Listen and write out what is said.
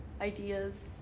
ideas